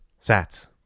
Sats